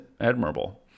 admirable